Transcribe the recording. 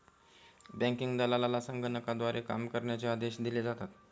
banking दलालाला संगणकाद्वारे काम करण्याचे आदेश दिले जातात